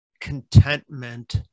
contentment